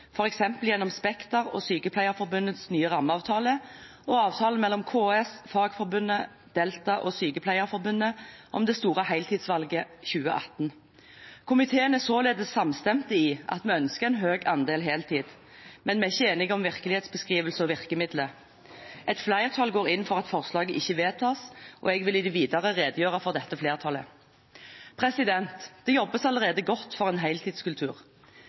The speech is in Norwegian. gjennom Spekter og Sykepleierforbundets nye rammeavtale og avtalen mellom KS, Fagforbundet, Delta og Sykepleierforbundet om Det store heltidsvalget 2018. Vi i komiteen er således samstemte i at vi ønsker en høy andel heltid, men vi er ikke enige om virkelighetsbeskrivelse og virkemidler. Et flertall går inn for at forslaget ikke vedtas, og jeg vil i det videre redegjøre for dette flertallet. Det jobbes allerede godt for en heltidskultur.